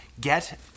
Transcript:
get